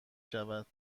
شود